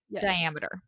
diameter